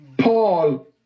Paul